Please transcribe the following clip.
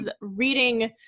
reading